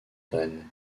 graines